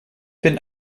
bin